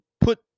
put